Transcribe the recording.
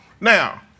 now